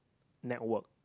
network